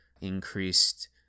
increased